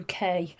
UK